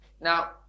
Now